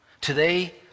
Today